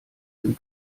dem